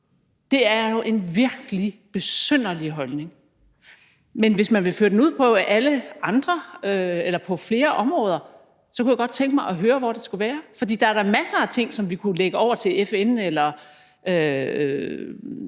Det er virkelig en besynderlig holdning. Men hvis man også vil føre den over på flere områder, kunne jeg godt tænke mig at høre, hvor det skulle være, for der er da masser af ting, som vi kunne lægge over til FN,